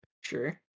Sure